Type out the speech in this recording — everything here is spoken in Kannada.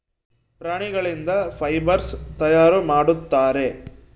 ಪ್ರಾಣಿಗಳಿಂದ ಫೈಬರ್ಸ್ ತಯಾರು ಮಾಡುತ್ತಾರೆ